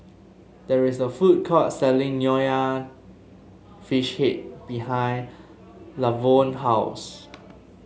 there is a food court selling Nonya Fish Head behind Lavonne house